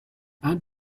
add